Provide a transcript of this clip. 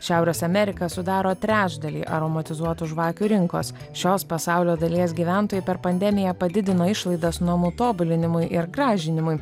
šiaurės amerika sudaro trečdalį aromatizuotų žvakių rinkos šios pasaulio dalies gyventojai per pandemiją padidino išlaidas namų tobulinimui ir gražinimui